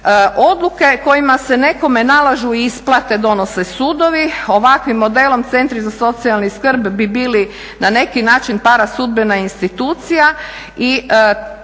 Odluke kojima se nekome nalaže isplate donose sudovi. Ovakvim modelom centri za socijalnu skrb bi bili na neki način parasudbena institucija